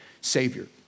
Savior